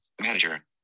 manager